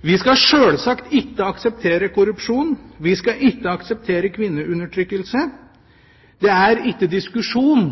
Vi skal sjølsagt ikke akseptere korrupsjon. Vi skal ikke akseptere kvinneundertrykkelse. Det er ingen diskusjon